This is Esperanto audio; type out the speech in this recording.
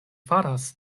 faras